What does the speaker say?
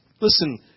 Listen